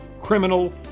criminal